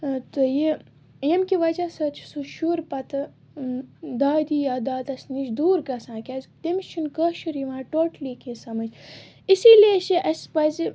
ٲں تہٕ یہِ ییٚمہِ کہ وجہ سۭتۍ چھُ سُہ شُر پَتہٕ دادی یا دادَس نِش دوٗر گژھان کیازِ کہِ تٔمِس چھُنہٕ کٲشُر یِوان ٹوٹلی کیٚنٛہہ سمجھ اسی لیے چھِ اسہِ پَزِ